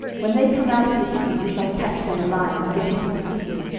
when they come out of the city, we shall catch them alive, and get into the city.